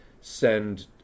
send